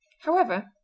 However